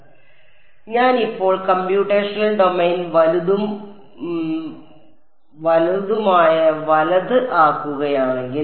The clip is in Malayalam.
അതിനാൽ ഞാൻ ഇപ്പോൾ കമ്പ്യൂട്ടേഷണൽ ഡൊമെയ്ൻ വലുതും വലുതുമായ വലത് ആക്കുകയാണെങ്കിൽ